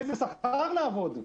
באיזה שכר לעבוד.